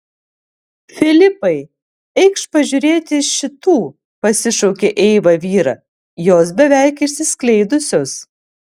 filipai eikš pažiūrėti šitų pasišaukė eiva vyrą jos beveik išsiskleidusios